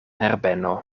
herbeno